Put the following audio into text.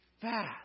fast